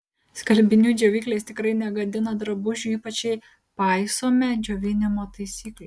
skalbinių džiovyklės tikrai negadina drabužių ypač jei paisome džiovinimo taisyklių